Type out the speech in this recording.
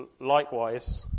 Likewise